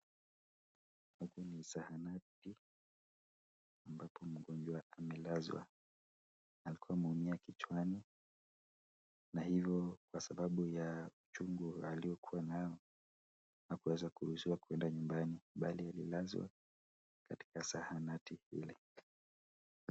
Huku ni zahanati ambapo mgonjwa amelazwa, alikuwa ameumia kichwani na hivo kwa sababu ya uchungu aliyokuwa nayo hakuweza kuruhusiwa kuenda nyumbani bali alilazwa katika zahanati ile.